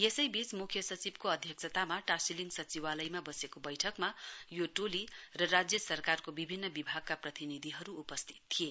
यसैबीच मुख्य सचिवको अध्यक्षतामा टाशीलिङ सचिवालयमा बसेको बैठकमा यो टोली र राज्य सरकारको विभिन्न विभागका प्रतिनिधिहरू उपस्थित थिए